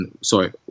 Sorry